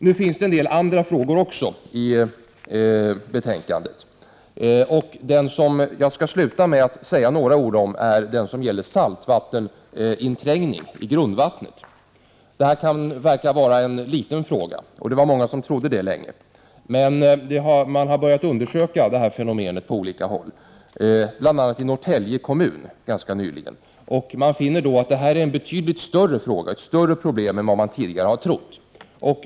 Det finns även en del andra frågor i betänkandet. Jag skall avsluta med att säga några ord om den fråga som gäller saltvatteninträngning i grundvattnet. Detta kan verka vara en liten fråga. Det var också många som trodde det länge. Men man har börjat undersöka detta fenomen på olika håll, bl.a. i Norrtälje kommun ganska nyligen. Man har då funnit att detta är en betydligt större fråga, ett större problem än vad man tidigare har trott.